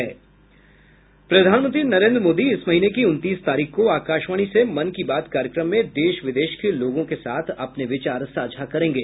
प्रधानमंत्री नरेन्द्र मोदी इस महीने की उनतीस तारीख को आकाशवाणी से मन की बात कार्यक्रम में देश विदेश के लोगों के साथ अपने विचार साझा करेंगे